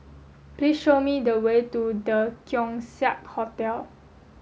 please show me the way to The Keong Saik Hotel